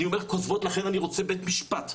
אני אומר כוזבות ולכן אני רוצה בית המשפט,